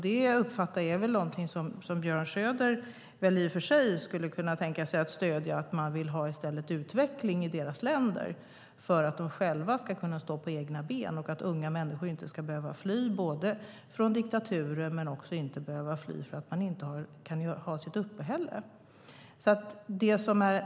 Det uppfattar jag är någonting som Björn Söder skulle kunna tänka sig att stödja, då du ju i stället vill ha utveckling i deras länder för att de ska kunna stå på egna ben. Då behöver unga människor inte fly från diktaturer eller för att de inte kan ha sitt uppehälle där.